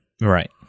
Right